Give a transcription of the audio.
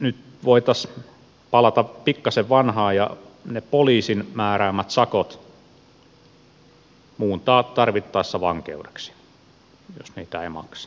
nyt voitaisiin palata pikkasen vanhaan ja ne poliisin määräämät sakot muuntaa tarvittaessa vankeudeksi jos niitä ei makseta